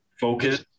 focus